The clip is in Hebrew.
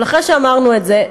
אבל אחרי שאמרנו את זה,